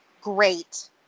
great